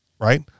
Right